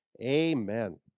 Amen